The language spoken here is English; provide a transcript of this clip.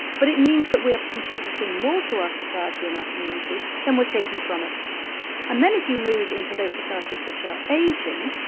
but it means that we are contributing more to our society and our community than we're taking from it and then if you move into those societies which are ageing,